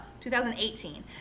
2018